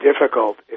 difficult